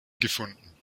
gefunden